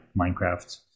Minecraft